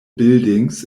buildings